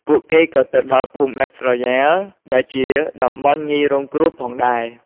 ពួកគេក៏ទៅដល់ភូមិដាច់ស្រយាល ដែលជាតំបន់ងាយរងគ្រោះផងដែរ។